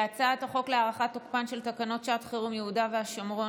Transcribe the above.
להצעת חוק להארכת תוקפן של תקנות שעת חירום יהודה והשומרון,